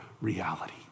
reality